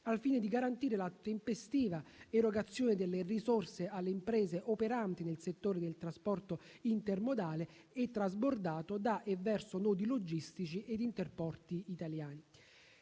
al fine di garantire la tempestiva erogazione delle risorse alle imprese operanti nel settore del trasporto intermodale e trasbordato, da e verso nodi logistici e interporti italiani.